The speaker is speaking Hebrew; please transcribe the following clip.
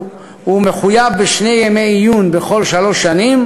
הוא מחויב בשני ימי עיון בכל שלוש שנים,